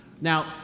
Now